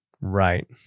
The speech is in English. Right